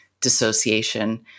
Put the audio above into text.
dissociation